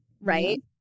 right